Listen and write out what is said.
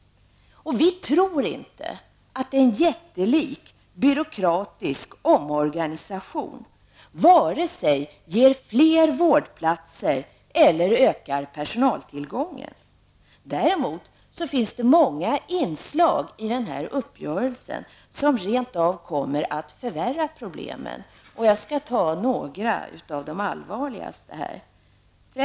Vi tror inte att en jättelik byråkratisk omorganisation vare sig ger fler vårdplatser eller ökar personaltillgången. Däremot finns många inslag i denna uppgörelse som rent av kommer att förvärra problemen. Jag skall nämna några av de allvarligaste inslagen.